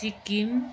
Sikkim